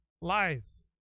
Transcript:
lies